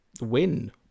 win